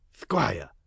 Squire